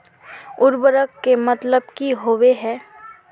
उर्वरक के मतलब की होबे है?